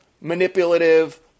manipulative